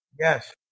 yes